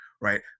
Right